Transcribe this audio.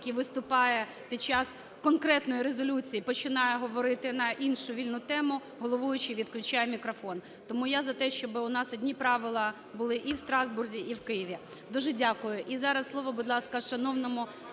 який виступає під час конкретної резолюції, починає говорити на іншу вільну тему, головуючий відключає мікрофон. Тому я за те, щоби у нас одні правила були і в Страсбурзі, і в Києві. Дуже дякую. І зараз слово, будь ласка, шановному